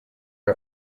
are